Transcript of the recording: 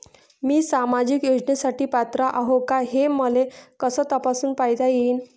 मी सामाजिक योजनेसाठी पात्र आहो का, हे मले कस तपासून पायता येईन?